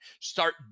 Start